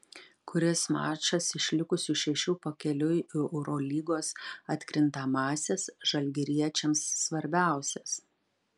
kuris mačas iš likusių šešių pakeliui į eurolygos atkrintamąsias žalgiriečiams svarbiausias